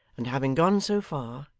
and having gone so far,